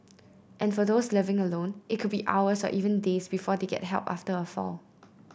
and for those living alone it could be hours or even days before they get help after a fall